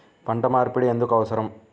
పంట మార్పిడి ఎందుకు అవసరం?